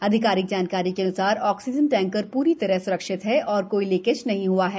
आधिकारिक जानकारी के म्ताबिक ऑक्सीजन टैंकर पूरी तरह स्रक्षित है और कोई लीकेज नहीं हआ है